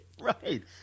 Right